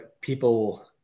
people